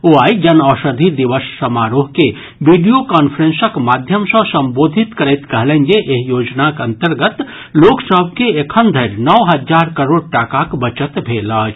ओ आइ जन औषधि दिवस समारोह के वीडियो कॉन्फ्रेंसक माध्यम सॅ संबोधित करैत कहलनि जे एहि योजनाक अंतर्गत लोकसभ कॅ एखन धरि नओ हजार करोड़ टाकाक बचत भेल अछि